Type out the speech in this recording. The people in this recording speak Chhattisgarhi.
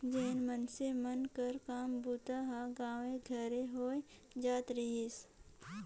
जेन मइनसे मन कर काम बूता हर गाँवे घरे होए जात रहिस